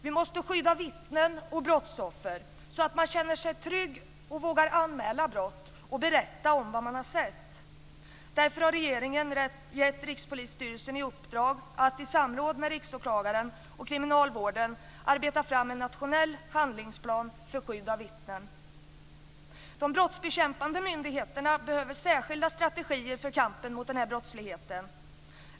Vi måste skydda vittnen och brottsoffer, så att de känner sig trygga och vågar anmäla brott och berätta vad de har sett. Därför har regeringen gett Rikspolisstyrelsen i uppdrag att i samråd med Riksåklagaren och kriminalvården arbeta fram en nationell handlingsplan för skydd av vittnen. De brottsbekämpande myndigheterna behöver särskilda strategier för kampen mot denna brottslighet.